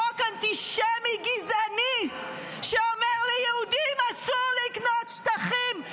חוק אנטישמי גזעני שאומר ליהודים שאסור לקנות שטחים,